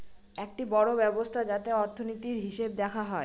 একটি বড়ো ব্যবস্থা যাতে অর্থনীতির, হিসেব দেখা হয়